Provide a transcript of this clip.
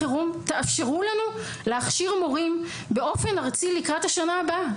תאפשרו לנו להכשיר מורים באופן ארצי לקראת השנה הבאה.